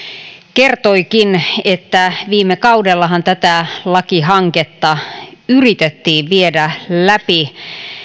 kertoikin että viime kaudellahan tätä lakihanketta yritettiin viedä läpi